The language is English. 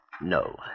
no